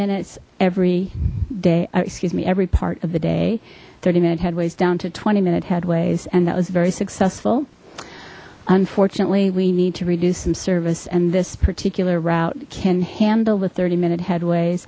minutes every day excuse me every part of the day thirty minute had ways down to twenty minute headways and that was very successful unfortunately we need to reduce some service and this particular route can handle the thirty minute head w